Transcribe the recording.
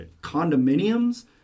condominiums